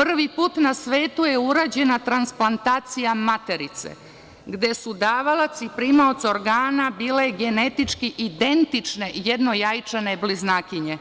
prvi put na svetu je urađena transplantacija materice, gde su davalac i primalac organa bile genetički identične jednojajčane bliznakinje.